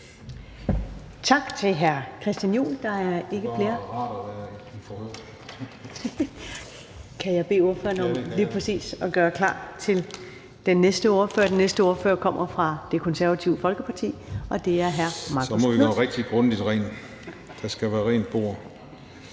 Tak til hr. Christian Juhl. Kan jeg bede ordføreren om lige at gøre klar til den næste ordfører? Den næste ordfører kommer fra Det Konservative Folkeparti, og det er hr. Marcus Knuth. (Christian Juhl (EL): Så må vi gøre rigtig grundigt rent. Der skal være rent bord).